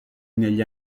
negli